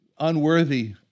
unworthy